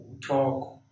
talk